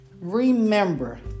remember